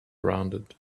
rounded